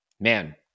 Man